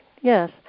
yes